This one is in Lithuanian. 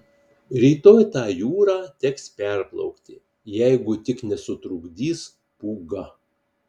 rytoj tą jūrą teks perplaukti jeigu tik nesutrukdys pūga